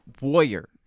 warrior